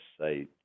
say